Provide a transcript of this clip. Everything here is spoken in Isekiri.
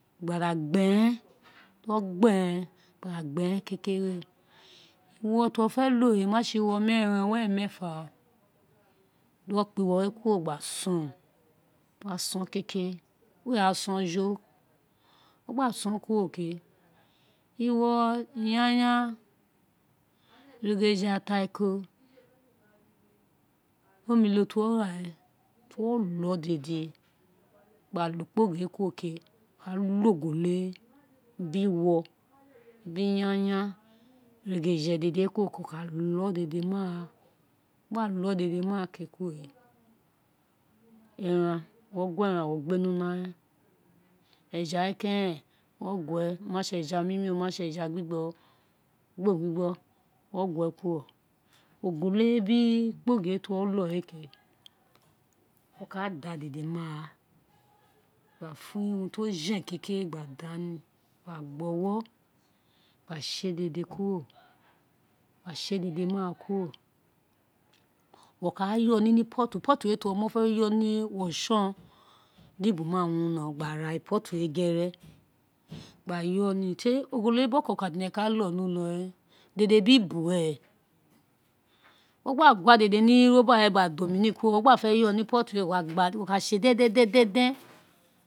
Gba gberen di uwo gberen kekere woo to fe lo, o ma se iwo meeren were meefa di wo kpa uwo we kuro gba son kekere, we wa son jo, wo gba son kuro ke, iwo yanyan irege je, atariko biri omilo ti uwo, bi iyan yan iregeje we dede ma ra kuro ke eran wo gue ghan wo gbe ni una eja we keren wo gue oma se eja we keren wo gue o ma se eja mimi o ma se eja gbigbe wo gba o mi gbi gbo gba gue kuro ogolo we biri kpogiri ti wo lo we ke mo ka da dede ni ara gba fe urun to jen kekere gba da gba gbo ro, gba se dede ni ara kuro mo ka yo ni we, mo son di ibu ma wino gba rogha pot we gere gba yo ni teri ogolo biri okokan fi ene ka lo ni ulo we dede bi ibu ren ogba gua dede ni rubber we gba da omi ni wo gba fe yo ni pot wo ka se den den den den den.